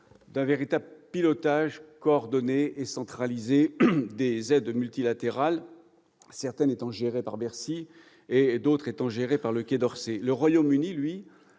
d'un véritable pilotage coordonné et centralisé des aides multilatérales, certaines étant gérées par Bercy, d'autres par le Quai d'Orsay. Le Royaume-Uni, lui,